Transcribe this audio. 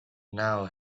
now